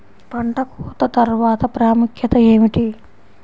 పంట కోత తర్వాత ప్రాముఖ్యత ఏమిటీ?